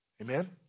Amen